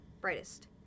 brightest